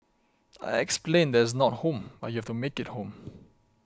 I explained that it's not home but you have to make it home